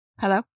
Hello